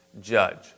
judge